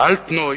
וה"אלטנוי"